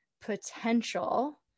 potential